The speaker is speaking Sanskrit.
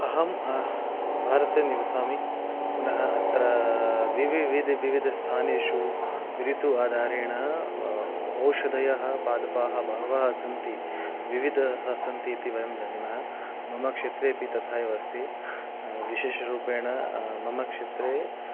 अहं भारते निवसामि पुनः अत्र विविधस्थानेषु ऋतुः आधारेण ओषदयः पादपाः बहवः सन्ति विविधाः सन्ति इति वयं जानीमः मम क्षेत्रेऽपि तथा एव अस्ति विशेषरूपेण मम क्षेत्रे